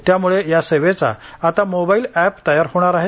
त्यामुळे या सेवेचा आता मोबाइल एप तयार होणार आहे